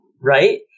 Right